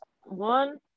One